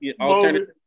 alternative